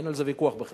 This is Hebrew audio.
אין על זה ויכוח בכלל.